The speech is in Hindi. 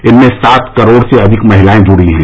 इनसे सात करोड़ से अधिक महिलाएं जुड़ी हैं